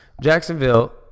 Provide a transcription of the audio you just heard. Jacksonville